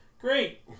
Great